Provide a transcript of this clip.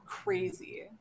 crazy